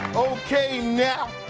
okay, now.